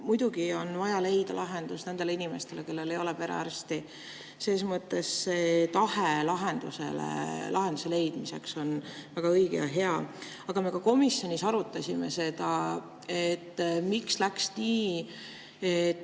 Muidugi on vaja leida lahendus nendele inimestele, kellel ei ole perearsti. See tahe lahenduse leidmiseks on väga õige ja hea. Aga me ka komisjonis arutasime seda, miks läks nii, et